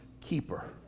keeper